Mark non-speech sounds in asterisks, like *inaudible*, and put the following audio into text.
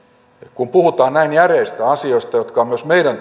kun puhutaan näin järeistä asioista jotka ovat myös meidän *unintelligible*